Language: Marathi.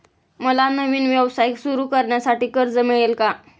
मला नवीन व्यवसाय सुरू करण्यासाठी कर्ज मिळेल का?